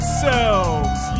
selves